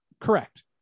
Correct